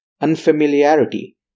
unfamiliarity